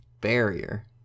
barrier